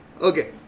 Okay